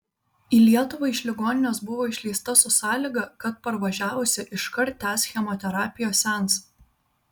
į lietuvą iš ligoninės buvo išleista su sąlyga kad parvažiavusi iškart tęs chemoterapijos seansą